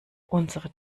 unsere